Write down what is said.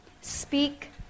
Speak